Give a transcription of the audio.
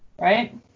Right